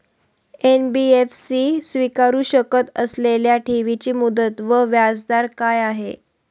NBFC स्वीकारु शकत असलेल्या ठेवीची मुदत व व्याजदर काय आहे?